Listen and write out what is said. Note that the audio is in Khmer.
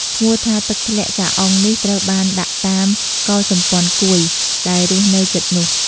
ឈ្មោះថា ទឹកធ្លាក់ចាអុង នេះត្រូវបានដាក់តាម កុលសម្ព័ន្ធគួយ ដែលរស់នៅជិតនោះ។